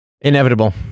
inevitable